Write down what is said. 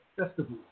festivals